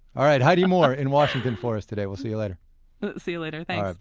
all right, heidi moore in washington for us today. we'll see you later see you later, thanks